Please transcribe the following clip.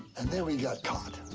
and then we got caught.